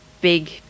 big